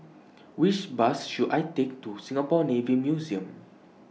Which Bus should I Take to Singapore Navy Museum